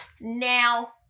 now